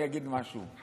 אני אגיד משהו.